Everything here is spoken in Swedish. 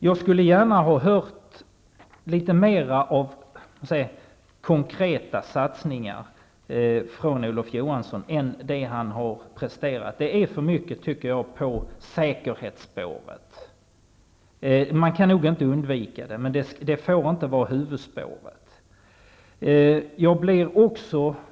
Jag skulle gärna velat höra litet mera om konkreta satsningar från Olof Johansson. Han talade för mycket, tycker jag, om säkerhetsspåret. Man kan nog inte undvika det, men det får inte vara huvudspåret.